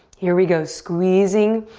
here we go, squeezing,